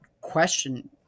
question